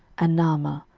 and naamah,